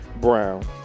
Brown